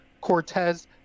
Cortez